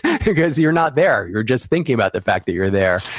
because, you're not there, you're just thinking about the fact that you're there.